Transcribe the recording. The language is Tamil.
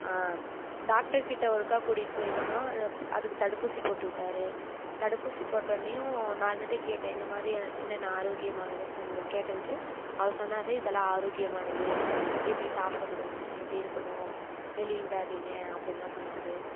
டாக்டர்க்கிட்ட ஒருக்கா கூட்டிக்கிட்டு போயிருந்தமா அதை அதுக்கு தடுப்பூசி போட்டு விட்டார் தடுப்பூசி போட்டோன்னையும் நான் வந்துவிட்டு கேட்டேன் இந்த மாரி என்னென்ன ஆரோக்கியமானதுன்னு சொன்ன கேட்டதுக்கு அவர் சொன்னார் இதெல்லாம் ஆரோக்கியமானது இப்படி சாப்பாடு கொடுங்க இப்படி இருக்கணும் வெளியே விடாதீங்க அப்படின்லான் சொன்னார்